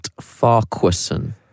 Farquharson